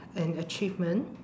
an achievement